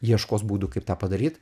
ieškos būdų kaip tą padaryt